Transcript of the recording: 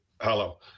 Hello